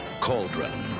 Cauldron